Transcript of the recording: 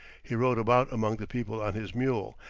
he rode about among the people on his mule,